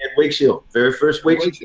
and wake shield very first. wake wake